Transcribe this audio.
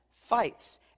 fights